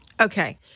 okay